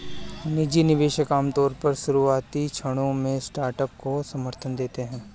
निजी निवेशक आमतौर पर शुरुआती क्षणों में स्टार्टअप को समर्थन देते हैं